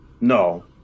No